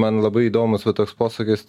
man labai įdomus va toks posūkis